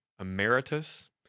Emeritus